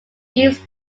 east